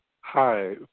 Hi